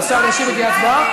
אז השר ישיב ותהיה הצבעה?